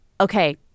okay